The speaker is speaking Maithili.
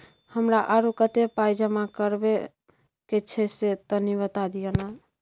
हमरा आरो कत्ते पाई जमा करबा के छै से तनी बता दिय न?